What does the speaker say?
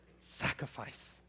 sacrifice